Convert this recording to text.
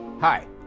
Hi